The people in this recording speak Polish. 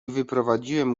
wyprowadziłem